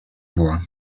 voie